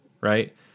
Right